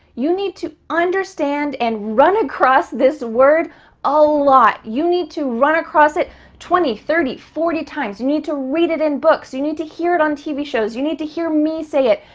you need to understand and run across this word a lot. you need to run across twenty, thirty, forty times. you need to read it in books. you need to hear it on tv shows. you need to hear me say it.